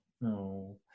No